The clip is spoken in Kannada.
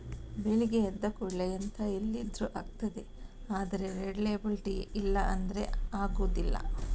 ಬೆಳಗ್ಗೆ ಎದ್ದ ಕೂಡ್ಲೇ ಎಂತ ಇಲ್ದಿದ್ರೂ ಆಗ್ತದೆ ಆದ್ರೆ ರೆಡ್ ಲೇಬಲ್ ಟೀ ಇಲ್ಲ ಅಂದ್ರೆ ಆಗುದಿಲ್ಲ